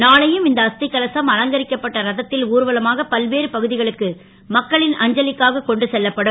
நாளையும் இந்த அஸ் தலசம் அலங்கரிக்கப்பட்ட ரதத் ல் ஊர்வலமாக பல்வேறு பகு களுக்கு மக்களின் அஞ்சலிக்காக கொண்டு செல்லப்படும்